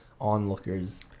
onlookers